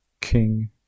king